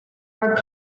are